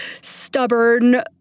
stubborn